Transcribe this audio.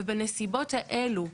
ובנסיבות האלו,